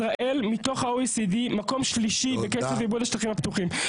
ישראל מתוך ה-OECD מקום שלישי בקצב איבוד השטחים הפתוחים.